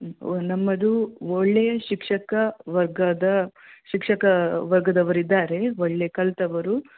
ನಮ್ಮದು ಒಳ್ಳೆಯ ಶಿಕ್ಷಕ ವರ್ಗದ ಶಿಕ್ಷಕ ವರ್ಗದವರು ಇದ್ದಾರೆ ಒಳ್ಳೆಯ ಕಲಿತವರು